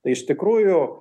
tai iš tikrųjų